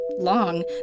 Long